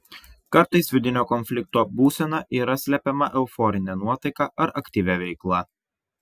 kartais vidinio konflikto būsena yra slepiama euforine nuotaika ar aktyvia veikla